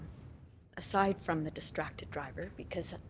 aside from the distracted driver, because